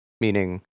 meaning